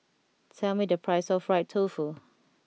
tell me the price of Fried Tofu